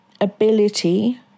ability